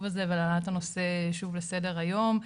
הזה ועל העלאת הנושא שוב לסדר היום.